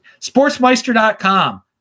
Sportsmeister.com